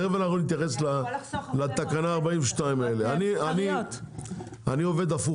תכף נתייחס לתקנה 42. זה יכול לחסוך הרבה מאוד --- אני עובד הפוך.